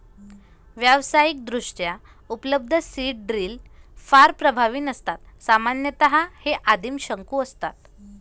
व्यावसायिकदृष्ट्या उपलब्ध seed drill फार प्रभावी नसतात सामान्यतः हे आदिम शंकू असतात